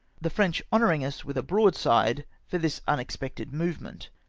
the french honouring us with a broadside for this unex pected movement.